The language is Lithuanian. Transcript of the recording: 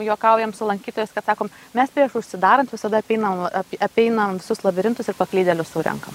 juokaujam su lankytojais kad sakom mes prieš užsidarant visada apeinam ap apeinam visus labirintus ir paklydėlius surenkam